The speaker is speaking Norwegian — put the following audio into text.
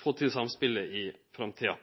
få til samspelet i framtida.